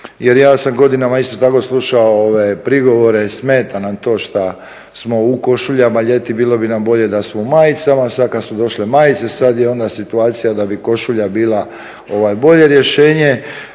jer ja sam godinama isto tako slušao ove prigovore, smeta nam to što smo u košuljama ljeti, bilo bi nam bolje da smo u majicama, sad kad su došle majice, sad je onda situacija da bi košulja bila bolje rješenje.